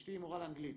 אשתי מורה לאנגלית,